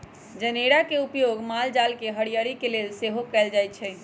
जनेरा के उपयोग माल जाल के हरियरी के लेल सेहो कएल जाइ छइ